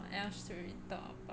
what else